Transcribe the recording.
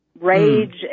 rage